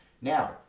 Now